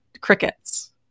crickets